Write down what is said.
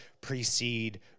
precede